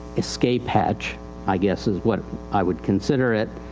escape hatch i guess is what i would consider it,